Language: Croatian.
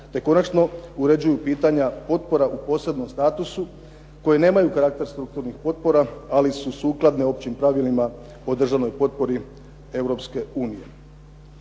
te konačno uređuju pitanja potpora u posebnom statusu koje nemaju karakter strukturnih potpora, ali su sukladne općim pravilima o državnoj potpori